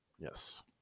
Yes